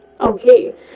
okay